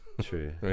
true